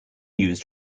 used